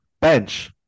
bench